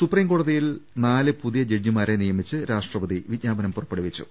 സുപ്രീംകോടതിയിൽ നാല് പുതിയ ജഡ്ജിമാരെ നിയമിച്ച് രാഷ്ട്രപതി വിജ്ഞാപനം പുറപ്പെടുവിച്ചു